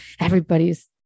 Everybody's